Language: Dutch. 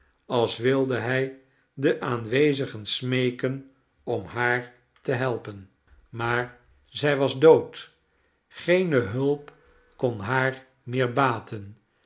als wilde hij de aanwezigen smeeken om haar te helpen maar zij was dood geene hulp kon haar meer baten